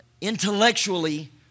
intellectually